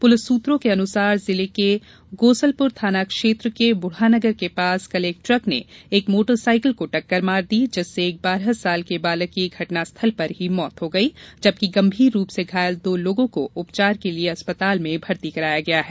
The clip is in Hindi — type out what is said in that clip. पुलिस सूत्रों के अनुसार जिले के गोसलपुर थाना क्षेत्र के बुढागर के पास कल एक ट्रक ने एक मोटरसायकल को टक्कर मारने से एक बारह वर्षीय बालक की घटना स्थल पर ही मौत हो गई जबकि गंभीर रूप से घायल दो लोगों को उपचार के लिये अस्पताल में भर्ती कराया गया है